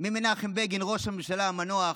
מנחם בגין, ראש הממשלה המנוח,